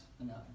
enough